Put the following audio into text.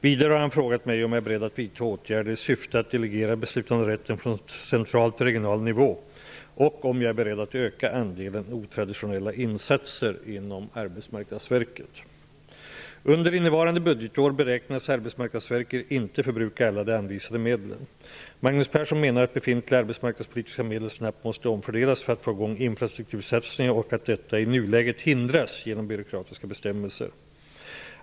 Vidare har han frågat mig om jag är beredd att vidta åtgärder i syfte att delegera beslutanderätten från central till regional nivå och om jag är beredd att öka andelen otraditionella insatser inom Arbetsmarknadsverket inte förbruka alla de anvisade medlen. Magnus Persson menar att befintliga arbetsmarknadspolitiska medel snabbt måste omfördelas för att få i gång infrastruktursatsningar och att detta i nuläget hindras genom byråkratiska bestämmelser.